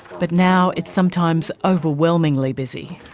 but now it's sometimes overwhelmingly busy.